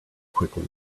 quickly